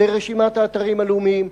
לרשימת האתרים הבין-לאומיים,